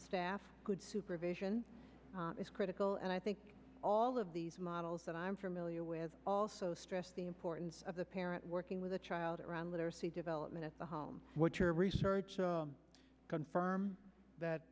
staff good supervision is critical and i think all of these models that i'm familiar with also stressed the importance of the parent working with a child around literacy development at the home what your research will confirm that